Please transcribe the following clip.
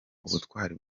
ubutwari